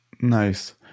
Nice